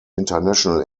international